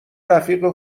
رفیق